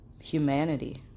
humanity